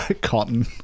cotton